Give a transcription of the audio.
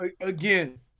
Again